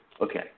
okay